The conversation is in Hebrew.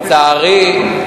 לצערי,